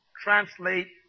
translate